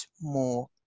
more